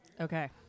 Okay